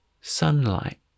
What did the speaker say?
Sunlight